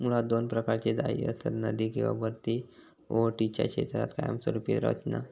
मुळात दोन प्रकारची जाळी असतत, नदी किंवा भरती ओहोटीच्या क्षेत्रात कायमस्वरूपी रचना